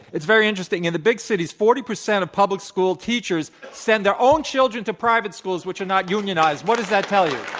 it's very interesting. in the big cities, forty percent of public school teachers send their own children to private schools which are not unionized. what does that tell you?